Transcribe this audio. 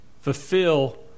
fulfill